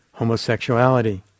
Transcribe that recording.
homosexuality